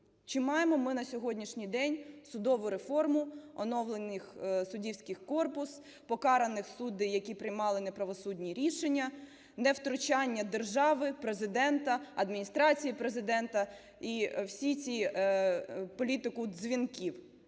Чи маємо ми на сьогоднішній день судову реформу, оновлений суддівський корпус, покараних суддів, які приймали неправосудні рішення, невтручання держави, Президента, Адміністрації Президента і всі ці… політику дзвінків?